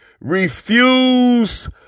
refuse